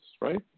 right